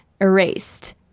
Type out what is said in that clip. Erased